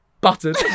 Buttered